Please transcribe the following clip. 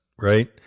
right